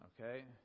okay